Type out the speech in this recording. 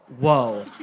whoa